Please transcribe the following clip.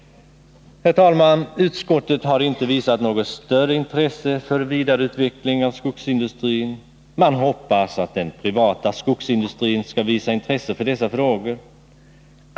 Herr talman! Utskottet har inte visat något större intresse för vidareutveckling av skogsindustrin. Man hoppas att den privata skogsindustrin skall visa intresse för dessa frågor.